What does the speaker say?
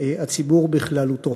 הציבור בכללותו.